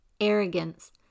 arrogance